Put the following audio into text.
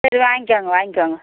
சரி வாங்கிக்கோங்க வாங்கிக்கோங்க